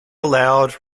allowed